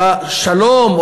השלום,